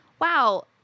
wow